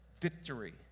Victory